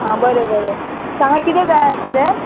आं बरें बरें सांगा किदें जाय आसलें